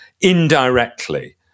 indirectly